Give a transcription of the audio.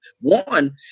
One